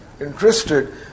interested